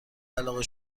علاقه